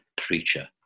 preacher